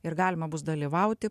ir galima bus dalyvauti